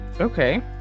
Okay